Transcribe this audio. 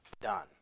done